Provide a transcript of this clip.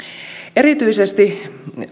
erityisesti